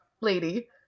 lady